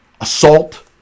assault